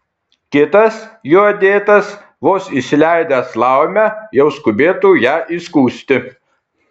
kitas juo dėtas vos įsileidęs laumę jau skubėtų ją įskųsti